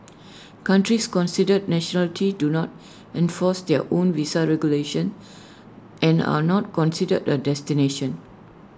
countries considered nationality do not enforce their own visa regulations and are not considered A destination